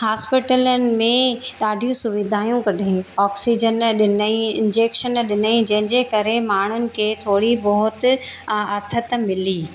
हॉस्पिटलुनि में ॾाढियूं सुविधाऊं कढाए ऑक्सीजन ॾिनईं इंजैक्शन ॾिनईं जंहिंजे करे माण्हुनि खे थोरी बहुत आथत मिली